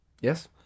Yes